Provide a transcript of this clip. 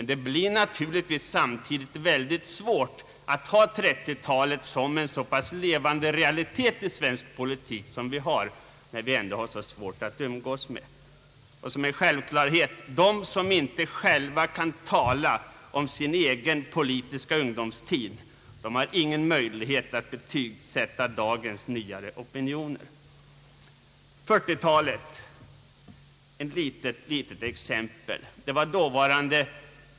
Det blir mycket svårt att som hittills ha 1930-talet som en levande realitet i svensk politik, när vi har så svårt att umgås med detta årtionde. Som en självklarhet står, att de som inte själva kan tala om sin egen politiska ungdomstid inte har någon möjlighet att betygsätta dagens nyare opinioner. När det gäller 1940-talet vill jag anföra ett litet exempel.